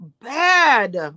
bad